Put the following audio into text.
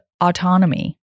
autonomy